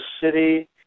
City